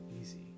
easy